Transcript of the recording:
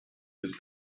was